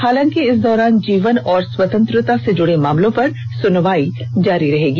हालांकि इस दौरान जीवन और स्वतंत्रता से जुड़े मामलों पर सुनवाई जारी रहेगी